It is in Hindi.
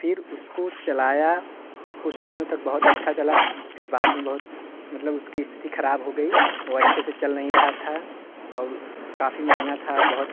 फ़िर उसको चलाया कुछ दिनों तक बहुत अच्छा चला फ़िर बाद में बहुत मतलब उसकी स्थिति खराब हो गई वह अच्छे से चल नहीं रहा था और काफ़ी महँगा था